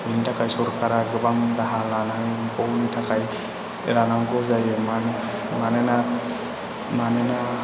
बेनि थाखाय सोरखारा गोबां राहा लानांगौनि थाखाय लानांगौ जायो मानोना